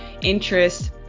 interest